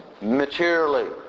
Materially